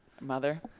mother